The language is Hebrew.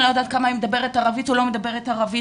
אני לא יודעת כמה היא מדברת ערבית או לא מדברת ערבית.